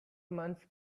months